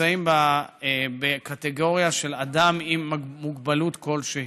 נמצאים בקטגוריה של אדם עם מוגבלות כלשהי,